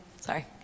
Sorry